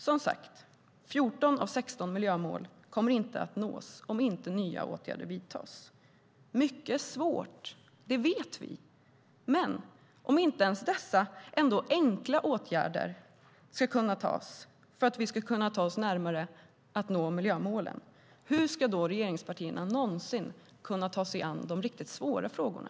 Som sagt: 14 av 16 miljömål kommer inte att nås om inte nya åtgärder vidtas. Mycket är svårt. Det vet vi. Men om inte ens dessa ändå enkla åtgärder kan vidtas för att vi ska kunna ta oss närmare att nå miljömålen, hur ska regeringspartierna då nånsin kunna ta sig an de riktigt svåra frågorna?